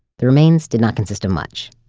the remains did not consist of much.